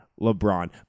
LeBron